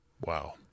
Wow